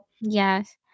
Yes